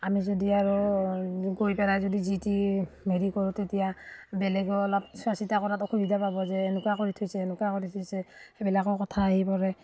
আমি যদি আৰু গৈ পেলাই যদি যি টি হেৰি কৰোঁ তেতিয়া বেলেগেও অলপ চোৱাচিতা কৰাত অসুবিধা পাব যে এনেকুৱা কৰি থৈছে এনেকুৱা কৰি থৈছে সেইবিলাকো কথা আহি পৰে